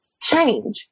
change